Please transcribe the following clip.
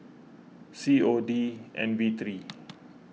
C O D N V three